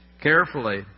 carefully